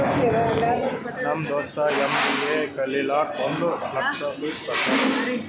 ನಮ್ ದೋಸ್ತ ಎಮ್.ಬಿ.ಎ ಕಲಿಲಾಕ್ ಒಂದ್ ಲಕ್ಷ ಫೀಸ್ ಕಟ್ಯಾನ್